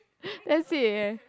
that's it eh